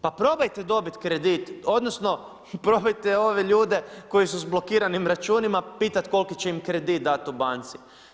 Pa probajte dobiti kredit, odnosno probajte ove ljude koji su s blokiranim računima pitati koliki će im kredit dati u banci.